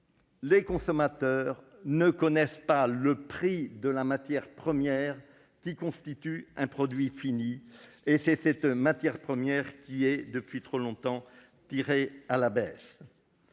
les consommateurs ne connaissent pas le prix des matières premières qui composent un produit fini ; or c'est ce prix qui est depuis trop longtemps tiré à la baisse.